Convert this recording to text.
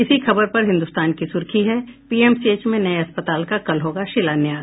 इसी खबर पर हिन्दुस्तान की सुर्खी है पीएमसीएच में नये अस्पताल का कल होगा शिलान्यास